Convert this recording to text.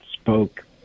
spoke